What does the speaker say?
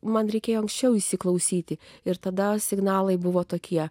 man reikėjo anksčiau įsiklausyti ir tada signalai buvo tokie